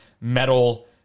metal